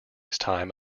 time